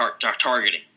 targeting